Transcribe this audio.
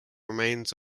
remains